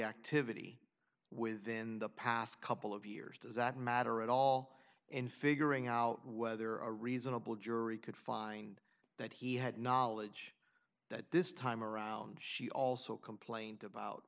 activity within the past couple of years does that matter at all in figuring out whether a reasonable jury could find that he had knowledge that this time around she also complained about